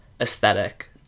aesthetic